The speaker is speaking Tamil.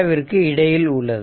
விற்கு இடையில் உள்ளது